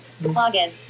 login